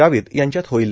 गावित यांच्यात होईल